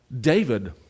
David